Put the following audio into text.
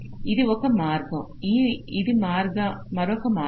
ఇది ఒక మార్గం ఇది మరొక మార్గం